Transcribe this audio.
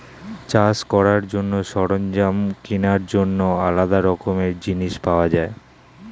চাষ করার জন্য সরঞ্জাম কেনার জন্য আলাদা রকমের জিনিস পাওয়া যায়